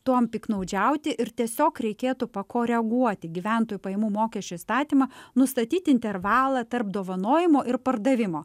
tuom piktnaudžiauti ir tiesiog reikėtų pakoreguoti gyventojų pajamų mokesčio įstatymą nustatyt intervalą tarp dovanojimo ir pardavimo